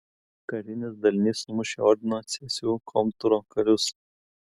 karinis dalinys sumušė ordino cėsių komtūro karius